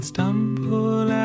Stumble